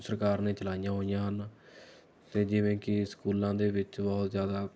ਸਰਕਾਰ ਨੇ ਚਲਾਈਆਂ ਹੋਈਆਂ ਹਨ ਅਤੇ ਜਿਵੇਂ ਕਿ ਸਕੂਲਾਂ ਦੇ ਵਿੱਚ ਬਹੁਤ ਜ਼ਿਆਦਾ